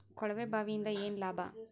ಕೊಳವೆ ಬಾವಿಯಿಂದ ಏನ್ ಲಾಭಾ?